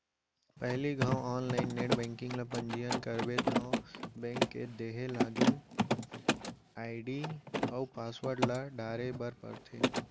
पहिली घौं online net banking ल पंजीयन करबे तौ बेंक के देहे लागिन आईडी अउ पासवर्ड ल डारे बर परथे